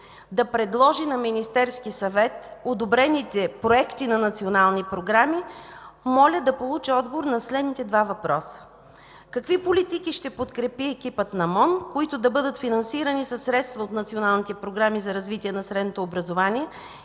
да предложи на Министерския съвет одобрените проекти на национални програми, моля да получа отговор на следните два въпроса: какви политики ще подкрепи екипът на МОН, които да бъдат финансирани със средства от националните програми за развитие на средното образование?